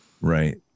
Right